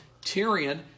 Tyrion